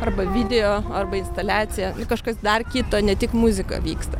arba video arba instaliacija nu kažkas dar kito ne tik muzika vyksta